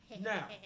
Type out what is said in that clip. Now